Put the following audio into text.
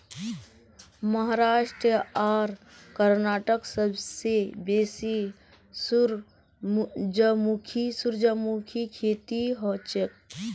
महाराष्ट्र आर कर्नाटकत सबसे बेसी सूरजमुखीर खेती हछेक